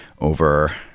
over